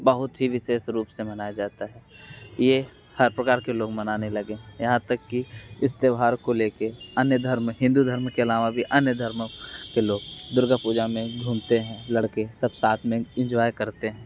बहुत ही विशेस रूप से मनाया जाता है यह हर प्रकार के लोग मनाने लगे हैं यहाँ तक कि इस त्योहार को लेकर अन्य धर्म हिंदू धर्म के अलावा भी अन्य धर्म के लोग दुर्गा पूजा में घूमते हैं लड़के सब साथ में इंजॉय करते हैं